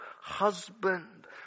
husband